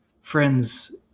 Friends